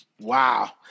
Wow